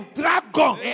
dragon